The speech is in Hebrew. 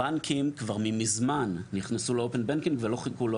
הבנקים כבר ממזמן נכנסו ל-open banking ולא חיכו לא